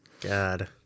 God